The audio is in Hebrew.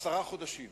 עשרה חודשים